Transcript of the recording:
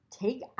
take